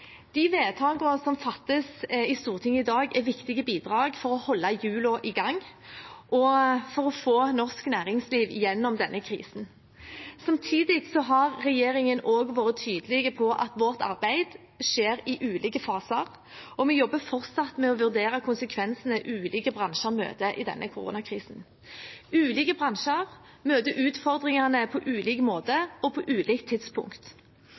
De vedtakene som fattes i Stortinget i dag, er viktige bidrag for å holde hjulene i gang og få norsk næringsliv gjennom denne krisen. Samtidig har regjeringen vært tydelig på at vårt arbeid skjer i ulike faser, og vi jobber fortsatt med å vurdere konsekvensene ulike bransjer møter i denne koronakrisen. Ulike bransjer møter utfordringene på ulik måte og på ulikt tidspunkt.